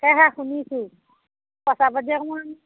সেয়েহে শুনিছোঁ পইচা পাতি অকমান